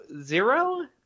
zero